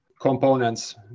components